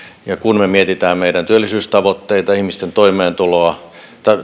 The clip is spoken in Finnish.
ja kun me mietimme meidän työllisyystavoitteitamme ihmisten toimeentuloa